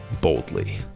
boldly